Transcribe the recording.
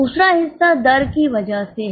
दूसरा हिस्सा दर की वजह से है